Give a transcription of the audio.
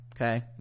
okay